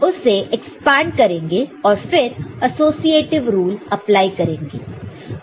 फिर हम उससे एक्सपांड करेंगे और फिर एसोसिएटीव रूल अप्लाई करेंगे